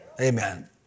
Amen